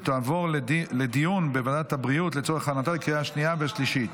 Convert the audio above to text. ותעבור לדיון בוועדת הבריאות לצורך הכנתה לקריאה השנייה והשלישית.